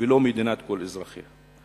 ולא מדינת כל אזרחיה.